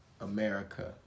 America